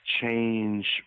change